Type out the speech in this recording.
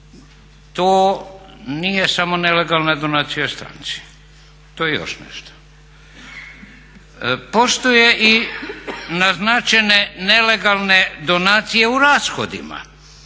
To nije samo nelegalna donacija stranci to je još nešto. Postoje i naznačene nelegalne donacije u rashodima.